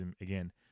again